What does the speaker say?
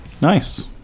Nice